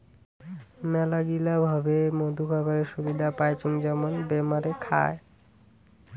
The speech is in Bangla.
মেলাগিলা ভাবে মধু খাবারের সুবিধা পাইচুঙ যেমন বেমারে খায়